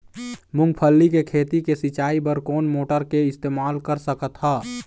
मूंगफली के खेती के सिचाई बर कोन मोटर के इस्तेमाल कर सकत ह?